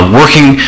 working